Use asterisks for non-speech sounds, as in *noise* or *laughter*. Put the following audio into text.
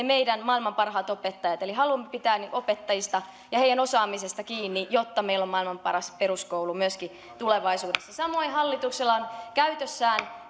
*unintelligible* meidän maailman parhaat opettajat eli haluamme pitää opettajista ja heidän osaamisestaan kiinni jotta meillä on maailman paras peruskoulu myöskin tulevaisuudessa samoin hallituksella on käytössään *unintelligible*